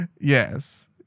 Yes